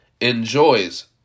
enjoys